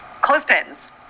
clothespins